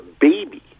baby